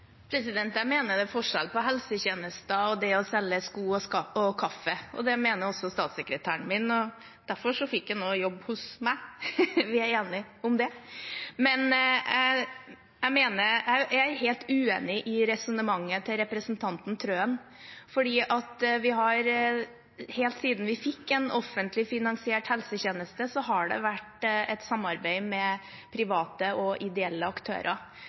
Jeg mener det er forskjell på helsetjenester og det å selge sko og kaffe. Det mener også statssekretæren min, og derfor fikk han også jobb hos meg – vi er enige om det. Men jeg er helt uenig i resonnementet til representanten Trøen. Helt siden vi fikk en offentlig finansiert helsetjeneste, har det vært et samarbeid med private og ideelle aktører.